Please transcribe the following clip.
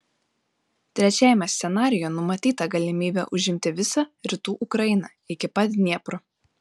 trečiajame scenarijuje numatyta galimybė užimti visą rytų ukrainą iki pat dniepro